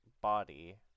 body